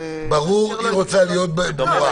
היא רוצה להיות ברורה.